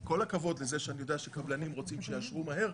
עם כל הכבוד לזה שאני יודע שקבלנים רוצים שיאשרו מהר,